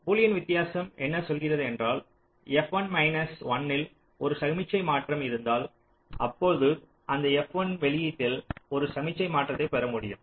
Boolean வித்தியாசம் என்ன சொல்கிறது என்றால் f1 மைனஸ் 1 இல் ஒரு சமிக்ஞை மாற்றம் இருந்தால் அப்பொழுது அந்த f1 ன் வெளியீட்டில் ஒரு சமிக்ஞை மாற்றத்தை பெறமுடியும்